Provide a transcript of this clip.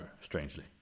strangely